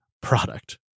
product